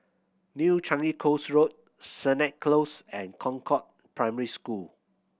New Changi Coast Road Sennett Close and Concord Primary School